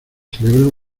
celebra